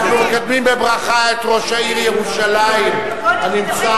אנחנו מקדמים בברכה את ראש העיר ירושלים הנמצא,